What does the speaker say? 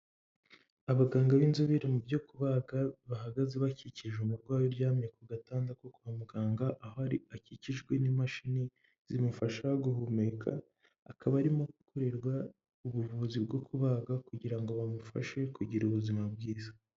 Abaganga b'inzobere mu byo kubaga bahagaze bakikije umurwayi uryamye ku gatanda kwa muganga ,aho ari akikijwe n'imashini zimufasha guhumeka ,akaba arimo gukorerwa ubuvuzi bwo kubagwa kugira ngo bamufashe kugira ubuzima bwiza.